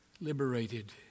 liberated